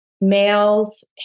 Males